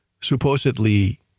supposedly